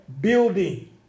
building